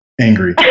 angry